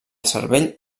cervell